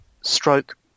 stroke